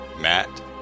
Matt